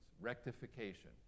Rectification